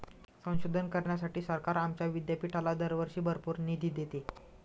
संशोधन करण्यासाठी सरकार आमच्या विद्यापीठाला दरवर्षी भरपूर निधी देते